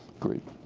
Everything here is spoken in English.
great,